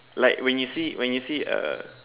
like when you see when you see a